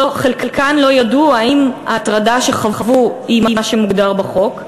חלקן לא ידעו אם ההטרדה שחוו היא מה שמוגדר בחוק.